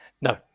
No